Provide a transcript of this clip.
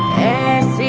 and